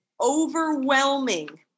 overwhelming